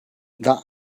that